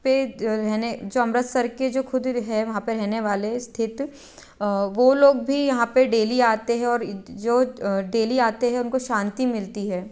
पर रहने जो अमृतसर के जो ख़ुद ही है वहाँ पर रहने वाले स्थित वो लोग भी यहाँ पर डेली आते हैं और जो डेली आते हैं उनको शांति मिलती है